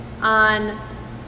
on